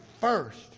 first